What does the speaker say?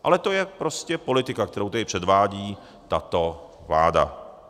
Ale to je prostě politika, kterou tady předvádí tato vláda.